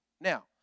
Now